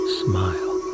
smile